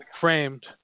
framed